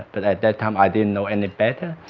but at that time, i didn't know any better.